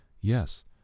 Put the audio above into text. Yes